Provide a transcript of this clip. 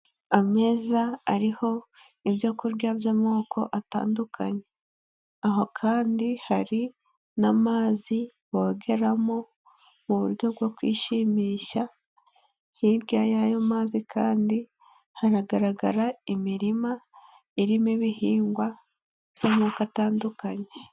Ameza ariho ibyokurya by'amoko atandukanye, aho kandi hari n'amazi bogeramo mu buryo bwo kwishimisha, hirya y'ayo mazi kandi hahanagaragara imirima irimo ibihingwa by'amoko atandukanye.